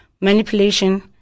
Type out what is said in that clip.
manipulation